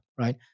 right